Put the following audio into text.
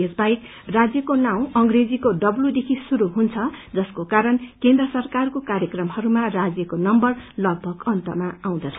यसवाहेक राज्यको नाउँ अंग्रेजीको डब्ल्यू देखि शुरू हुन्छ जसको कारण केन्द्र सरकारको कार्यक्रमहरूमा राज्यको नम्बर लगभग अन्तमा आउँदछ